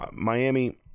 Miami –